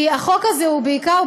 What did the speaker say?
כי החוק הזה הוא בעיקר,